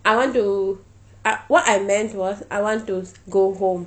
I want to I what I meant was I want to go home